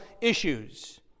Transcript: issues